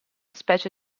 specie